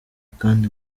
kandi